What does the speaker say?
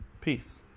peace